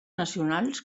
nacionals